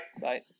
Bye